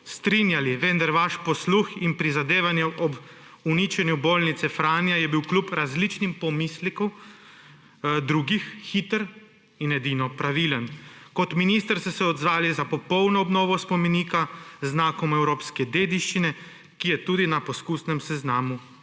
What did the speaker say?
Primorci, vendar vaš posluh in prizadevanje ob uničenju bolnice Franja sta bila kljub različnim pomislekom drugih hitra in edini pravilna. Kot minister ste se odzvali za popolno obnovo spomenika z znakom evropske dediščine, ki je tudi na poskusnem seznamu